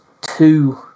two